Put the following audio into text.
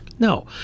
No